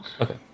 Okay